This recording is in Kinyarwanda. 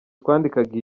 twandikaga